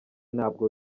ntabwo